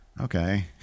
Okay